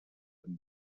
amb